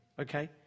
okay